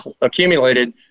accumulated